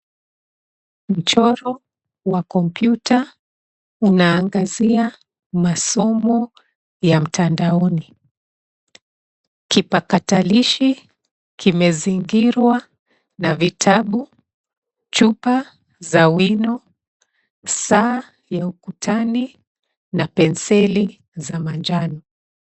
Mchoro wa kompyuta unaangazia masomo ya mtandaoni. Kipakatalishi kimezingirwa na vitabu, chupa za wino, saa ya ukutani na penseli za manjano.